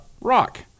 Rock